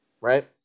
right